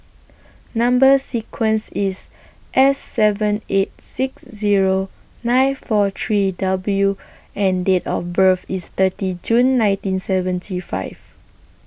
Number sequence IS S seven eight six Zero nine four three W and Date of birth IS thirty June nineteen seventy five